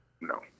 No